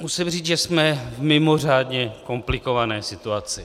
Musím říct, že jsme v mimořádně komplikované situaci.